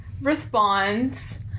responds